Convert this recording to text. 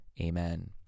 Amen